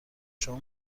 شما